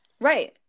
Right